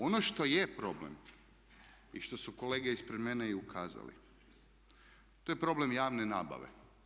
Ono što je problem i što su kolege ispred mene i ukazali, to je problem javne nabave.